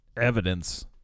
evidence